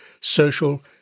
social